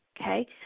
okay